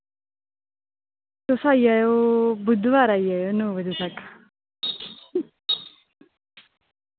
तुस आई जायो बुधवार आई जायो नौ बजे तक